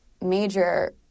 major